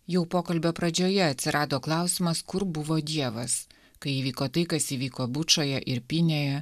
jau pokalbio pradžioje atsirado klausimas kur buvo dievas kai įvyko tai kas įvyko bučoje irpynėje